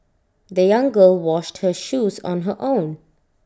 the young girl washed her shoes on her own